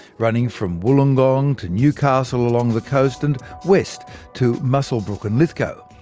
running from wollongong to newcastle along the coast, and west to muswellbrook and lithgow.